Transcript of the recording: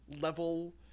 level